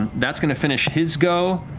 that's going to finish his go.